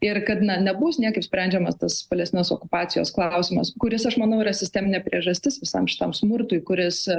ir kad na nebus niekaip sprendžiamas tas palestinos okupacijos klausimas kuris aš manau yra sisteminė priežastis visam šitam smurtui kuris